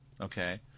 Okay